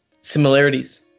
similarities